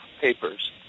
papers